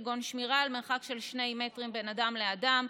כגון שמירה על מרחק של שני מטרים בין אדם לאדם,